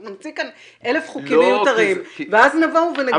אנחנו נמציא כאן אלף חוקים מיותרים ואז --- אבל